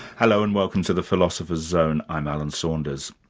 hello, and welcome to the philosopher's zone, i'm alan saunders.